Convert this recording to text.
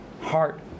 heart